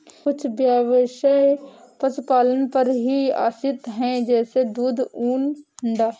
कुछ ब्यवसाय पशुपालन पर ही आश्रित है जैसे दूध, ऊन, अंडा